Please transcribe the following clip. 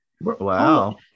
Wow